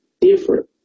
different